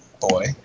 Boy